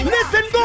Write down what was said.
Listen